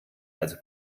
also